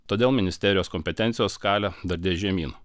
todėl ministerijos kompetencijos skalė dardės žemyn